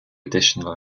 additional